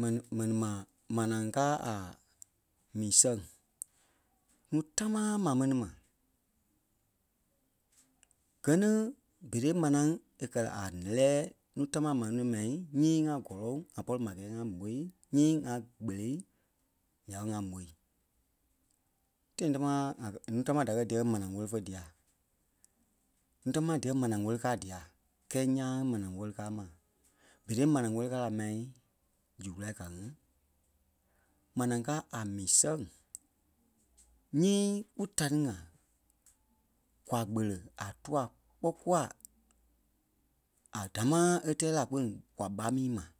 Mɛni- mɛni ma manaa káa a mii sɛŋ núu támaa maa mɛni mai. Gɛ ni berei manaa e kɛ̀ a nɛ́lɛɛ nuu támaa maa mɛni mai nyii ŋa gɔ́lɔŋ ŋa pɔri ma a gɛɛ ŋa môi nyii ŋa kpelei nya ɓé ŋa moi. Tãi támaa ŋa kɛ- nuui támaa da kɛ̀ díyɛɛ mana wɛli fé dia. Núu támaa díyɛɛ manaa wɛli káa dia kɛɛ ńyãa manaa wɛli káa mai. Berei manaa wɛli káa la mai zu kulâi ka ŋí: Manaa káa a mii sɛŋ nyii kú ta ni ŋai kwa kpele a tua kpɔ́ kûa a dámaa é tɛɛ la kpîŋ kwa ɓa mii mai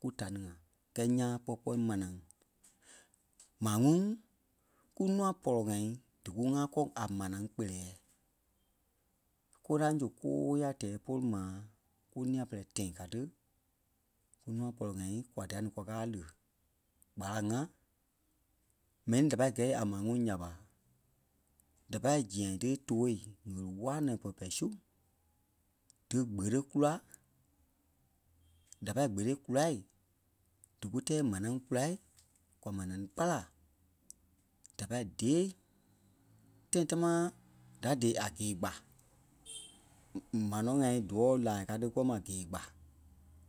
ku ta ni ŋai kɛɛ ńyãa kpɔ́ kpɔɔi manaa. Maa ŋuŋ kúnua pɔlɔ-ŋai dí ku ŋakɔɔŋ a manaa kpeleɛɛ kóraŋ zu kóyaa tɛɛ pôlu ma ku nîa-pɛlɛɛ tãi ka ti kunua pɔlɔ-ŋai kwa dia-ni kwa káa lí gbalaŋ-ŋa mɛni da pâi gɛ̂i a maa ŋuŋ nya ɓa, da pâi ziyaŋ tí tôoi ɣèle-waa nɛ̃ pɛ-pɛ sui díkpeli kula da pâi kpeli kulai dí ku tɛ́ɛ manaa kula kwa manaa pá la da pâi dee tãi támaa da dee a ge-gbaa mano-ŋai díwɔ̂ láa káa ti kuwɔ̂ mai ge-gbaa.